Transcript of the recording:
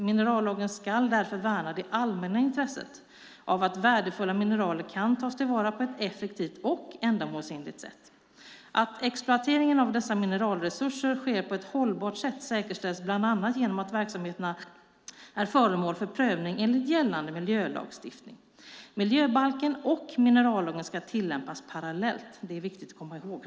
Minerallagen ska därför värna det allmänna intresset av att värdefulla mineral kan tas till vara på ett effektivt och ändamålsenligt sätt. Att exploateringen av dessa mineralresurser sker på ett hållbart sätt säkerställs bland annat genom att verksamheterna är föremål för prövning enligt gällande miljölagstiftning. Miljöbalken och minerallagen ska tillämpas parallellt. Det är viktigt att komma ihåg.